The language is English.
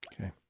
Okay